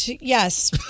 Yes